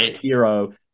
hero